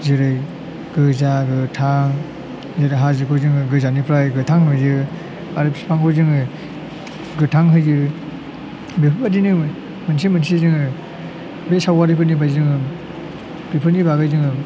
जेरै गोजा गोथां जेरै हाजोखौ जोङो गोजाननिफ्राय गोथां नुयो आरो बिफांखौ जोङो गोथां होयो बेफोरबायदिनो मोनसे मोनसे जोङो बे सावगारिफोरनिफ्राय जोङो बेफोरनि बागै जोङो